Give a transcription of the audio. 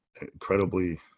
incredibly